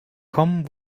come